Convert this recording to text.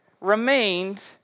remained